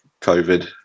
COVID